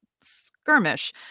skirmish